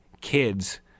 kids